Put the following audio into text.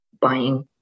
buying